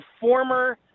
former